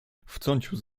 wtrącił